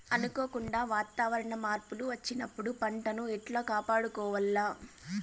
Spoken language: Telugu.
అనుకోకుండా వాతావరణ మార్పులు వచ్చినప్పుడు పంటను ఎట్లా కాపాడుకోవాల్ల?